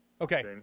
Okay